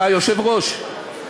היושב-ראש,